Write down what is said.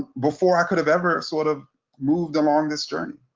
before i could have ever sort of moved along this journey.